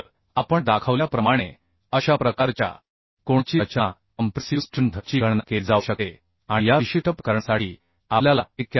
तर आपण दाखवल्याप्रमाणे अशा प्रकारच्या कोनाची रचना कॉम्प्रेसिव स्ट्रेंथ ची गणना केली जाऊ शकते आणि या विशिष्ट ठिकाणी आपल्याला 91